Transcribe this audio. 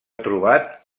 trobat